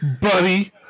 buddy